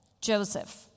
Joseph